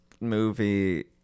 movie